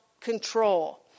control